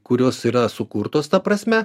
kurios yra sukurtos ta prasme